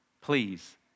please